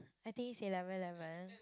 I think it's eleven eleven